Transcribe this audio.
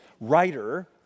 writer